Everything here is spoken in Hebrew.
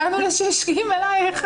הגענו ל-6ג1.